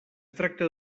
tracta